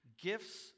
gifts